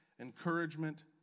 encouragement